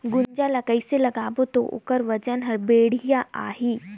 गुनजा ला कइसे लगाबो ता ओकर वजन हर बेडिया आही?